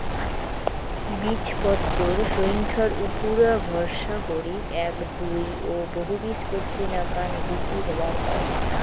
বীজপত্রর সইঙখার উপুরা ভরসা করি এ্যাক, দুই ও বহুবীজপত্রী নাকান বীচি হবার পায়